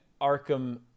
Arkham